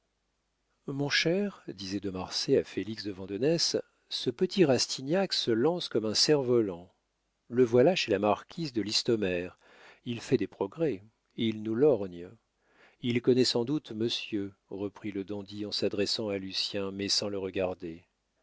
mon cher disait de marsay à félix de vandenesse ce petit rastignac se lance comme un cerf-volant le voilà chez la marquise de listomère il fait des progrès il nous lorgne il connaît sans doute monsieur reprit le dandy en s'adressant à lucien mais sans le regarder